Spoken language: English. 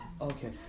Okay